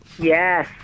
Yes